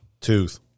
Tooth